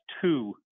two